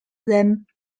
than